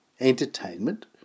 entertainment